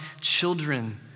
children